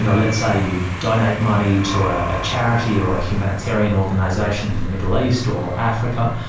you know let's say you donate money to ah a charity or a humanitarian organisation in the middle east, or africa.